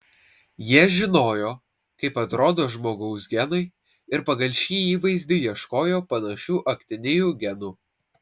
jie žinojo kaip atrodo žmogaus genai ir pagal šį įvaizdį ieškojo panašių aktinijų genų